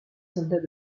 soldats